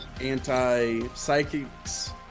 anti-psychics